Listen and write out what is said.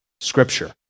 Scripture